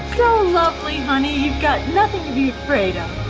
lovely honey, you've got nothing to be afraid of.